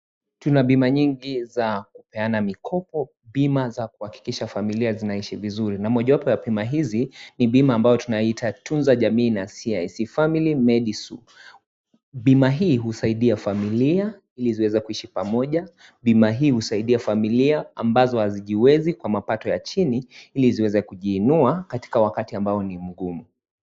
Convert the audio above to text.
Tuna bima nyingi za kupeana mikopo, bima za kuhakikisha familia zinaishi vizuri na mojawapo ya bima hizi ni bima ambayo tunaiita tunza jamii na(cs) CIC Family Medisure,(cs) bima hii husaidia familia ili ziweze kuishi pamoja, bima hii husaidia familia ambazo hazijiwezi kwa mapato ya chini ili ziweze kujiinua katika wakati ambao ni mgumu.